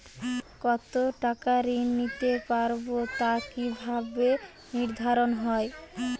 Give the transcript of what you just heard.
কতো টাকা ঋণ নিতে পারবো তা কি ভাবে নির্ধারণ হয়?